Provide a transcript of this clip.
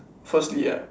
firstly ah